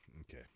Okay